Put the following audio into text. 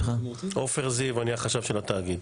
עופר זיו, אני החשב של התאגיד.